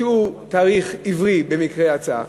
שהוא תאריך עברי, במקרה יצא.